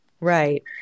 Right